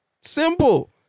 Simple